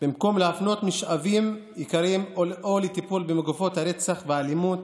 במקום להפנות משאבים יקרים לטיפול במגפות הרצח והאלימות.